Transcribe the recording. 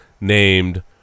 named